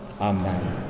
Amen